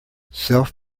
self